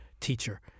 teacher